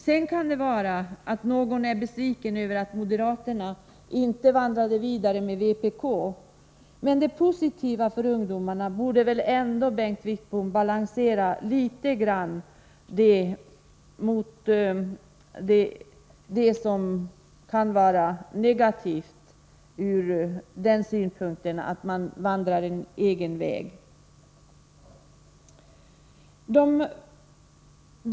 Sedan kan det hända att någon är besviken över att moderaterna inte vandrade vidare med vpk, men det positiva för ungdomarna borde väl ändå litet grand balansera det som kan vara negativt ur den synpunkten att man vandrar en egen väg — eller hur, Bengt Wittbom?